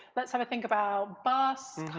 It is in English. let's have a think about bus,